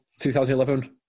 2011